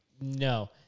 No